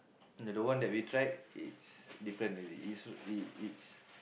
the the one that we tried it's different already it's